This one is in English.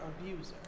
abuser